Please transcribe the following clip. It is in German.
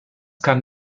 kann